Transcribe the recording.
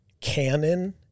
canon